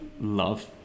love